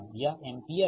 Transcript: यह एम्पीयर है